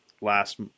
last